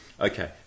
Okay